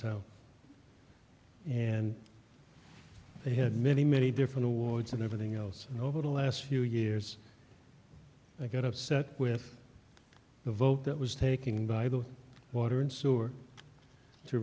town and they had many many different awards and everything else over the last few years i got upset with the vote that was taking by the water and s